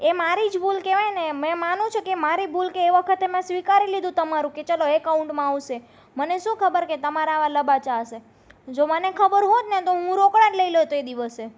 એ મારી જ ભૂલ કહેવાયને મેં માનું છું કે મારી ભૂલ કે એ વખતે મેં સ્વીકારી લીધું તમારું કે ચલો એકાઉન્ટમાં આવશે મને શું ખબર કે તમારા આવા લબાચા હશે જો મને ખબર હોતને તો હું રોકડા જ લઈ લેત એ દિવસે